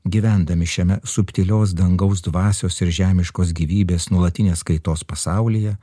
gyvendami šiame subtilios dangaus dvasios ir žemiškos gyvybės nuolatinės kaitos pasaulyje